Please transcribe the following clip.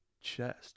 chest